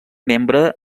membre